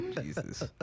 Jesus